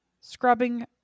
scrubbing